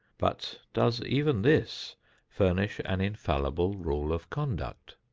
but does even this furnish an infallible rule of conduct?